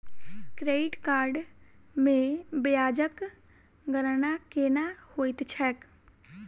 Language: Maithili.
क्रेडिट कार्ड मे ब्याजक गणना केना होइत छैक